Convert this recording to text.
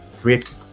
great